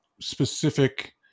specific